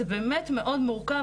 זה באמת מאוד מורכב,